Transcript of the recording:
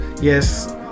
Yes